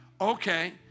Okay